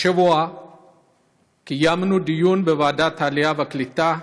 השבוע קיימנו דיון בוועדת העלייה והקליטה,